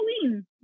Halloween